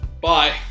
Bye